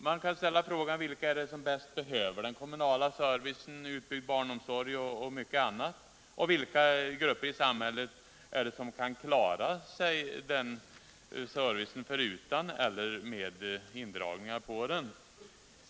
Man kan ställa frågan vilka det är som bäst behöver den kommunala servicen, med utbyggd barnomsorg och mycket annat, och vilka grupper i samhället som kan klara sig den servicen förutan eller med vissa indragningar i den.